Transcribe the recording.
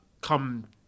come